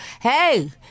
hey